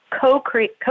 co-create